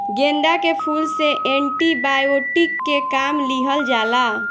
गेंदा के फूल से एंटी बायोटिक के काम लिहल जाला